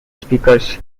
speakers